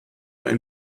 ein